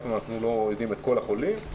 פעם אנחנו לא יודעים את כל מספר החולים,